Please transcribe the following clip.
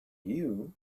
you